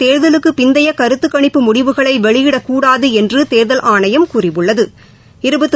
தேர்தலுக்குபிந்தையகருத்துக்கணிப்பு முடிவுகளைவெளியிடக்கூடாதுஎன்றுதேர்தல் ஆணையம் கூறியுள்ளது